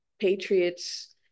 Patriots